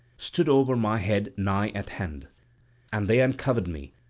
stood over my head nigh at hand and they uncovered me,